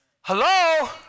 Hello